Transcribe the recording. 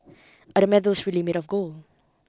are the medals really made of gold